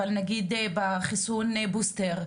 אבל נגיד בחיסון בוסטר.